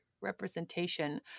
representation